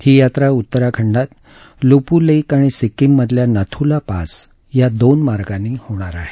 ही यात्रा उत्तराखंडात लुपुलेक आणि सिक्कीम मधल्या नथुला पास या दोन मार्गांनी होणार आहे